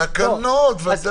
תקנות, ודאי.